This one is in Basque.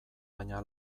baina